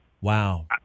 Wow